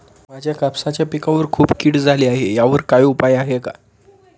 माझ्या कापसाच्या पिकावर खूप कीड झाली आहे यावर काय उपाय आहे का?